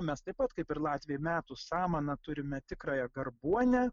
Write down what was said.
mes taip pat kaip ir latviai metų samaną turime tikrąją karbuonę